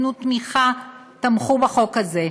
שנתנו תמיכה ותמכו בחוק הזה.